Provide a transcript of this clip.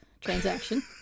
transaction